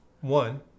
one